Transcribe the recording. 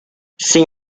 sin